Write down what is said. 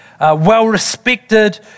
well-respected